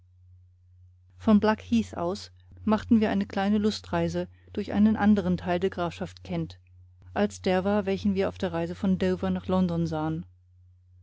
von blackheath aus machten wir eine kleine lustreise durch einen anderen teil der grafschaft kent als der war welchen wir auf der reise von dover nach london sahen